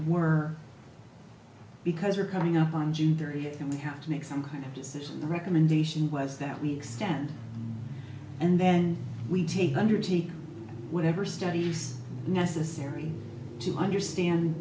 were because we're coming up on june thirtieth and we have to make some kind of decision the recommendation was that we extend and then we take under to whatever studies necessary to understand